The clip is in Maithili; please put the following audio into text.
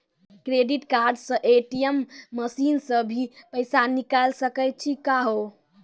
क्रेडिट कार्ड से ए.टी.एम मसीन से भी पैसा निकल सकै छि का हो?